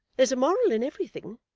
there's a moral in everything,